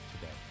today